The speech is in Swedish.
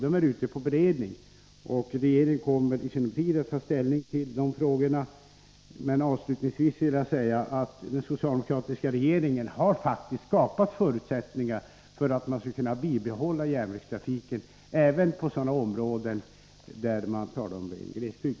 De är ute på beredning, och regeringen kommer i sinom tid att ta ställning. Avslutningsvis vill jag säga att den socialdemokratiska regeringen faktiskt har skapat förutsättningar för att järnvägstrafiken skall kunna bibehållas även i sådana områden där man kan tala om ren glesbygd.